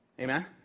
Amen